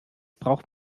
braucht